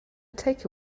take